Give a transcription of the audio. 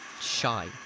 shy